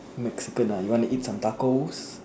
Mexican ah you want to eat some tacos